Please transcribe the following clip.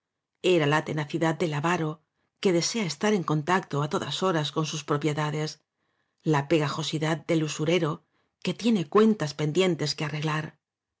era la tenacidad del avaro que desea v c estar en contacto y j á todas horas con ót sus propiedades la pegajosita del usureroque tiene v cuentas pen a jjjl dientes que arreglar